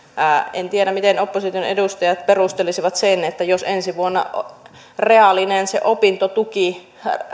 en tiedä miten opposition edustajat perustelisivat sen jos ensi vuonna reaalinen opintotuki